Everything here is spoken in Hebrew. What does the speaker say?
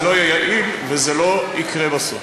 זה לא יהיה יעיל וזה לא יקרה בסוף.